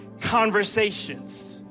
conversations